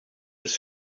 his